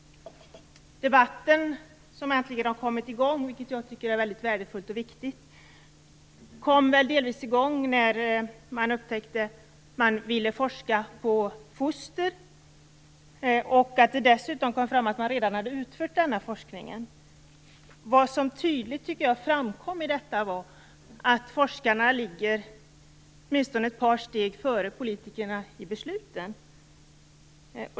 Debatten kom äntligen i gång, vilket jag tycker är väldigt värdefullt och viktigt, när man upptäckte att det fanns en önskan att forska på foster och att det dessutom kom fram att man redan hade utfört denna forskning. Vad som tydligt framkom var att forskarna ligger åtminstone ett par steg före politikernas beslut.